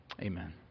Amen